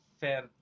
fair